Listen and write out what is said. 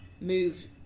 move